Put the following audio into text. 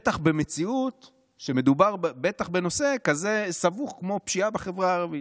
בטח במציאות שבה מדובר בנושא סבוך כזה כמו פשיעה בחברה הערבית.